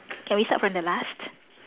can we start from the last